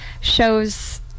shows